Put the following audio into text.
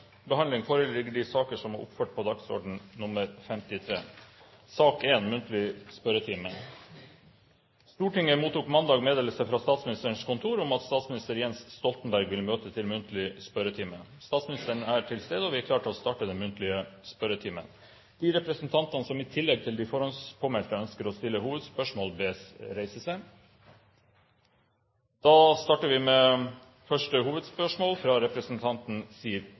Stortinget mottok mandag meddelelse fra Statsministerens kontor om at statsminister Jens Stoltenberg vil møte til muntlig spørretime. Statsministeren er til stede, og vi er klare til å starte den muntlige spørretimen. De representanter som i tillegg til de forhåndspåmeldte ønsker å stille hovedspørsmål, bes om å reise seg. Da starter vi med første hovedspørsmål, fra representanten Siv